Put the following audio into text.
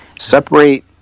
Separate